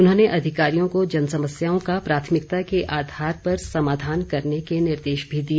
उन्होंने अधिकारियों को जनसमस्याओं का प्राथमिकता के आधार पर समाधान करने के निर्देश भी दिए